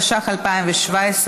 התשע"ח 2017,